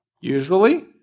usually